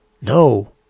no